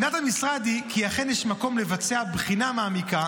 עמדת המשרד היא כי אכן יש מקום לבצע בחינה מעמיקה